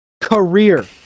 Career